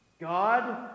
God